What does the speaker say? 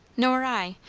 nor i.